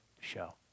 show